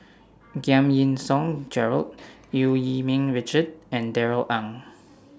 Giam Yean Song Gerald EU Yee Ming Richard and Darrell Ang